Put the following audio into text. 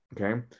Okay